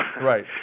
Right